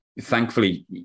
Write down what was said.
Thankfully